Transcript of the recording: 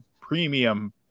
premium